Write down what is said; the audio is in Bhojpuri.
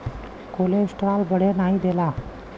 कोलेस्ट्राल बढ़े नाही देवला